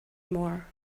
more